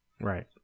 right